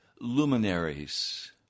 luminaries